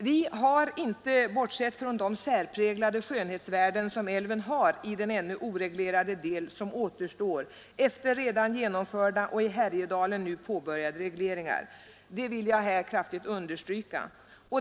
Vi har inte bortsett från de särpräglade skönhetsvärden som älven har i den ännu oreglerade del som återstår efter redan genomförda och i Härjedalen nu påbörjade regleringar, det vill jag här kraftigt understryka.